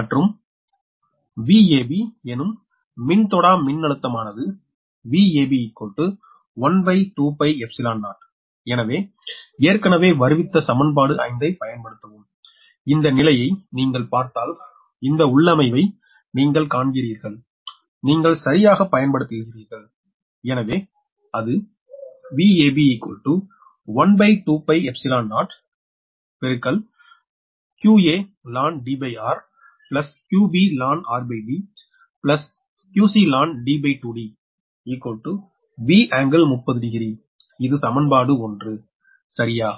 மற்றும் Vab எனும் மின்தொடா மின்னழுத்தமானது Vab 120 எனவே ஏற்கனவே வருவித்து சமன்பாடு 5 ஐ பயன்படுத்தவும் இந்த நிலையை நீங்கள் பார்த்தால் இந்த உள்ளமைவை நீங்கள் காண்கிறீர்கள் நீங்கள் சரியாகப் பயன்படுத்துகிறீர்கள் எனவே அது இது சமன்பாடு 1 சரியா